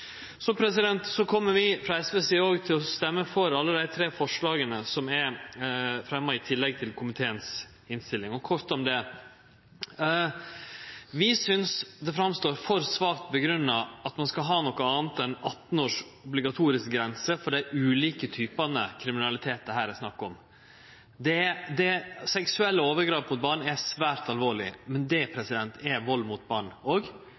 Vi kjem frå SVs side òg til å stemme for alle dei tre forslaga som er fremja, i tillegg til komiteens innstilling, og kort om dei: Vi synest det framstår for svakt grunngjeve at ein skal ha noko anna enn 18-års obligatorisk grense for dei ulike typane kriminalitet det her er snakk om. Seksuelle overgrep mot barn er svært alvorleg, men det er vald mot barn